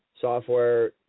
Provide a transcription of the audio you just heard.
software